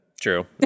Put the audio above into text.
True